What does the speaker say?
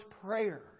prayer